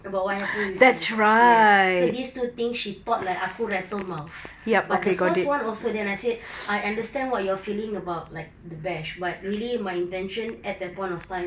about what happened with them yes so these two things she thought like aku rattle mouth but the first one also then I said I understand what you're feeling about like the bash but really my intention at that point of time